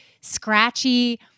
scratchy